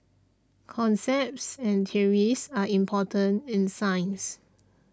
concepts and theories are important in science